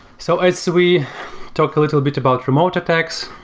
so as we talk a little bit about remote attacks,